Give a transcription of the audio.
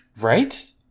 right